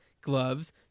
gloves